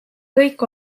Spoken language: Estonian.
kõik